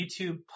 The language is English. YouTube